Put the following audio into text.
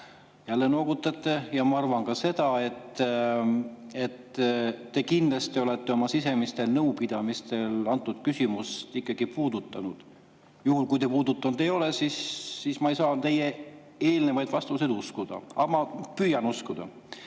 Jälle noogutate. Ma arvan ka seda, et te olete kindlasti oma sisemistel nõupidamistel antud küsimust ikkagi puudutanud. Juhul kui te seda puudutanud ei ole, ei saa ma teie eelnevaid vastuseid uskuda, aga ma püüan uskuda.